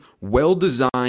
well-designed